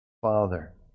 Father